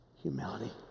humility